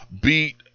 beat